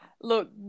Look